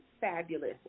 fabulous